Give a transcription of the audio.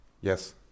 Yes